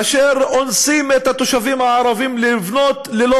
אשר אונסים את התושבים הערבים לבנות ללא